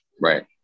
right